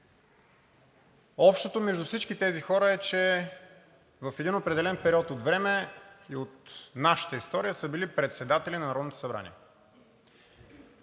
Общото между всички тези хора, е, че в един определен период от време от нашата история са били председатели на Народното събрание.